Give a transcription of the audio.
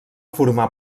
formà